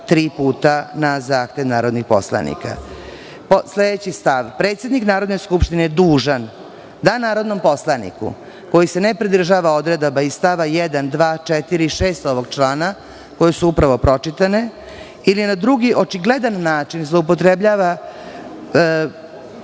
tri puta na zahtev narodnih poslanika. Sledeći stav - Predsednik Narodne skupštine je dužan da narodnom poslaniku koji se ne pridržava odredaba iz stava 1, 2, 4. i 6. ovog člana, koje su upravo pročitane, ili na drugi očigledan način zloupotrebljava prava